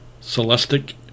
Celestic